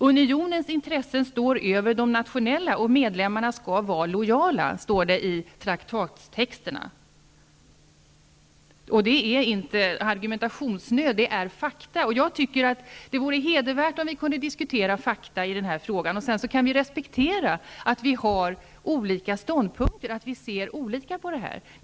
Unionens intressen står över de nationella, och medlemmarna skall vara lojala, står det i traktatstexterna. Detta säger jag inte därför att jag lider av argumentnöd utan därför att det är fakta. Jag tycker att det vore hedervärt om vi kunde diskutera fakta i den här frågan. Sedan kan vi respektera att vi har olika ståndpunkter och att vi ser olika på det här.